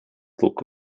book